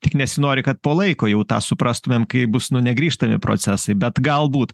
tik nesinori kad po laiko jau tą suprastumėm kai bus nu negrįžtami procesai bet galbūt